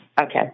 Okay